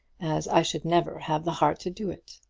as i should never have the heart to do it.